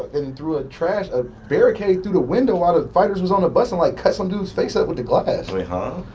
and threw ah a ah barricade through the window while the fighters was on the bus and like cut some dudes face up with the glass. wait, huh?